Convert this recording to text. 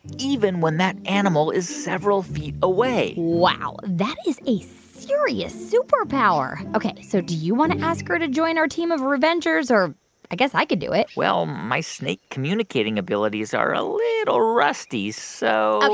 even when that animal is several feet away wow. that is a serious superpower. ok, so do you want to ask her to join our team of revengers? or i guess i could do it well, my snake communicating abilities are a little rusty, so. ok,